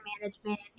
management